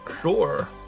Sure